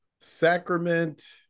sacrament